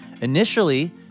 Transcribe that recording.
initially